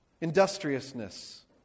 Industriousness